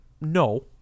No